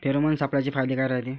Pheromone सापळ्याचे फायदे काय रायते?